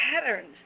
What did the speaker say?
patterns